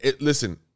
listen